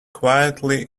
quietly